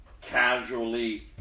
casually